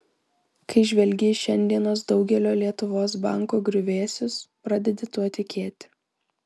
kai žvelgi į šiandienos daugelio lietuvos bankų griuvėsius pradedi tuo tikėti